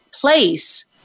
place